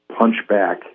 punchback